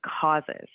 causes